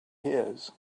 his